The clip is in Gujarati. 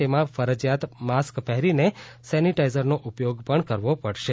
તેમાં ફરજીયાત માસ્ક પહેરીને સેનેટાઇઝરનો ઉપયોગ પણ કરવો પડશે